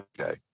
okay